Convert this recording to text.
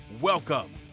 Welcome